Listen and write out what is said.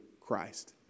Christ